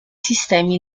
sistemi